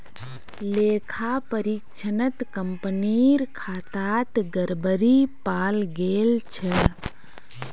लेखा परीक्षणत कंपनीर खातात गड़बड़ी पाल गेल छ